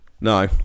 no